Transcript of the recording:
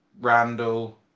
Randall